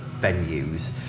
venues